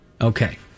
Okay